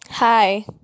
Hi